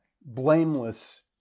blameless